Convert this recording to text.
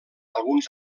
alguns